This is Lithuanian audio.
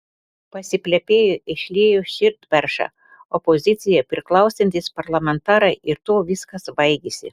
pasiplepėjo išliejo širdperšą opozicijai priklausantys parlamentarai ir tuo viskas baigėsi